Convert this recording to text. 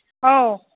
ꯑꯧ